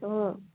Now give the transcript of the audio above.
অঁ